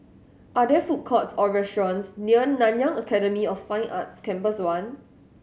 are there food courts or restaurants near Nanyang Academy of Fine Arts Campus One